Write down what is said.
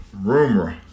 rumor